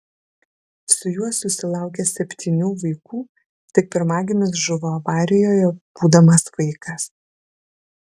su juo susilaukė septynių vaikų tik pirmagimis žuvo avarijoje būdamas vaikas